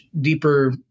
deeper